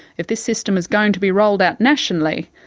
if this system is going to be rolled out nationally,